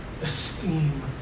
esteem